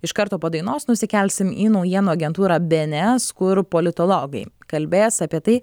iš karto po dainos nusikelsim į naujienų agentūrą bėnėes kur politologai kalbės apie tai